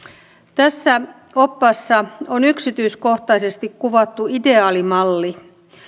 tässä oppaassa on yksityiskohtaisesti kuvattu ideaalimalli